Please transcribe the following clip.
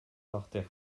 artères